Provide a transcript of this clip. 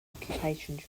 occupation